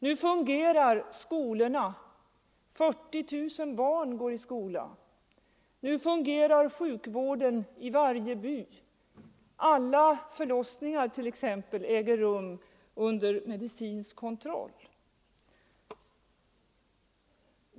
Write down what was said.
Nu fungerar skolorna — 40 000 barn går i skola. Nu fungerar sjukvården i varje by — alla förlossningar t.ex. äger rum under medicinsk kontroll.